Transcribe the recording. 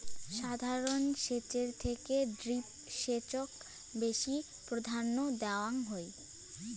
সাধারণ সেচের থেকে ড্রিপ সেচক বেশি প্রাধান্য দেওয়াং হই